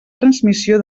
transmissió